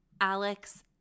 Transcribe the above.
Alex